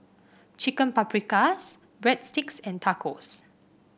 Chicken Paprikas Breadsticks and Tacos